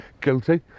Guilty